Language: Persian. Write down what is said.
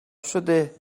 شده